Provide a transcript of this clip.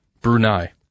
Brunei